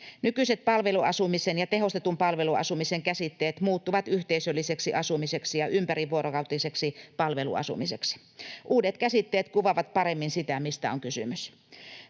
Nykyiset palveluasumisen ja tehostetun palveluasumisen käsitteet muuttuvat yhteisölliseksi asumiseksi ja ympärivuorokautiseksi palveluasumiseksi. Uudet käsitteet kuvaavat paremmin sitä, mistä on kysymys.